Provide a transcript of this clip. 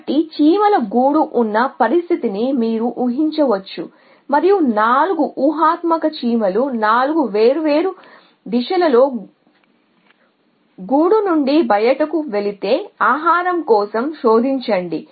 కాబట్టి చీమల గూడు ఉన్న పరిస్థితిని మీరు ఊహించవచ్చు మరియు 4 ఊహాత్మక చీమలు 4 వేర్వేరు దిశలలో గూడు నుండి బయటకు వెళితే ఆహారం కోసం శోధించండి